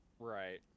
Right